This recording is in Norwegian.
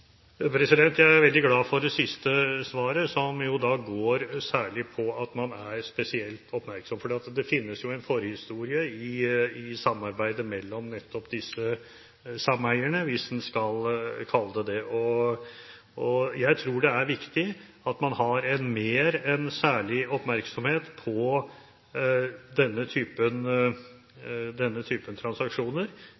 Jeg er veldig glad for det siste svaret, som særlig går på at man er spesielt oppmerksom. For det finnes jo en forhistorie i samarbeidet mellom nettopp disse sameierne, hvis man skal kalle det det. Jeg tror det er viktig at man har en mer enn særlig oppmerksomhet på denne typen